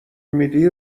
میدی